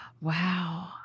Wow